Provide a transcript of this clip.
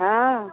हँ